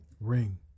Ring